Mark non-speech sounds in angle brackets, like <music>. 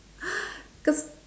<noise> cause